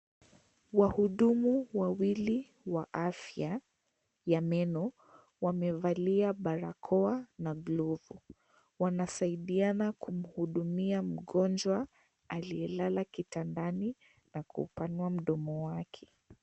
Wahudumu wawili wa afya ya meno wamevalia barakoa na glovu wanasaidiana kumhudumia mgonjwa aliyelala kitandani na kupanua mdomo wake.